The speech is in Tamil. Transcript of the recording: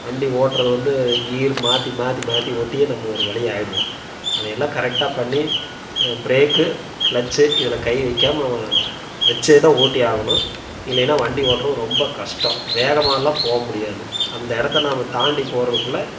வண்டி ஓட்டுறது வந்து கீர் மாற்றி மாற்றி மாற்றி ஓட்டியே நம்ம ஒரு வழி ஆகிடுவோம் அதை எல்லாம் கரெக்டாக பண்ணி பிரேக்கு கிளச்சு இதில் கை வைக்காமல் நம்ம வச்சு தான் ஓட்டி ஆகணும் இல்லைனா வண்டி ஓட்டுறது ரொம்ப கஷ்டம் வேகமாகலாம் போக முடியாது அந்த இடத்த நம்ம தாண்டி போகிறதுக்குள்ள